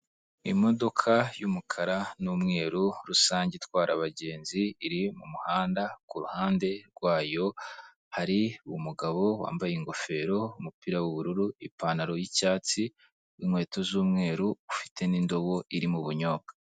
Imodoka y'umukara n'umweru rusange itwara abagenzi iri mu muhanda, ku ruhande rwayo hari umugabo wambaye ingofero, umupira w'ubururu, ipantaro y'icyatsi n'inkweto z'umweru, ufite n'indobo irimo ubunyobwa.